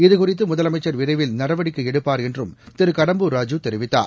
இது குறித்து முதலமைச்சர் விரைவில் நடவடிக்கை எடுப்பார் என்றும் திரு கடம்பூர் ராஜு தெரிவித்தார்